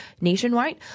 nationwide